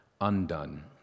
undone